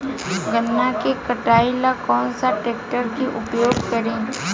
गन्ना के कटाई ला कौन सा ट्रैकटर के उपयोग करी?